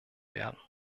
werden